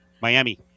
Miami